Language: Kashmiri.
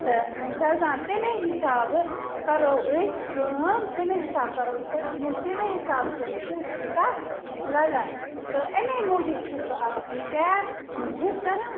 تہٕ دَزان تَمے حِسابہٕ کَرو أسۍ کٲم تَمے حِسابہٕ کَرو أسۍ تۄہہِ فون تَمے حِسابہٕ وُچھو أسۍ پۅنٛسہٕ کوتاہ لَگَان تہٕ امے موٗجوٗب چھَس بہٕ اَکھ کیب بُک کَران